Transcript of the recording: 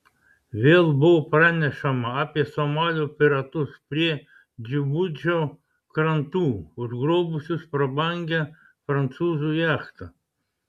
vėl buvo pranešama apie somalio piratus prie džibučio krantų užgrobusius prabangią prancūzų jachtą